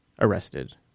arrested